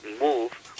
move